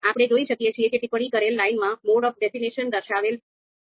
આપણે જોઈ શકીએ છીએ કે ટિપ્પણી કરેલ લાઇનમાં મોડ ઓફ ડેફિનેશન દર્શાવેલ છે